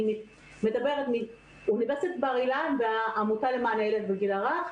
אני מדברת מאוניברסיטת בר אילן והעמותה למען הילד בגיל הרך.